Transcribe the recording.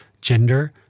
gender